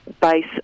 base